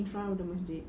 in front of the masjid